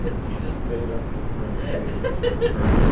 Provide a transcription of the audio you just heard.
but she just made up this for a director.